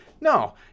No